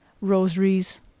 Rosaries